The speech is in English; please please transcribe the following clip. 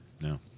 No